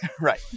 right